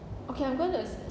okay I'm going to